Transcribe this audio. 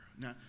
Now